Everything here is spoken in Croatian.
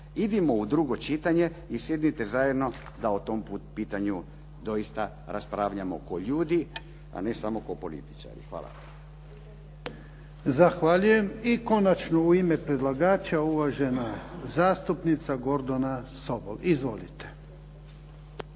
idimo u drugo čitanje i sjedite zajedno da o tom pitanju doista raspravljamo kao ljudi, a ne samo kao političari. Hvala. **Jarnjak, Ivan (HDZ)** Zahvaljujem. I konačno, u ime predlagača, uvažena zastupnica Gordana Sobol. Izvolite.